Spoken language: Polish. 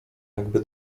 jakby